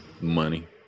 Money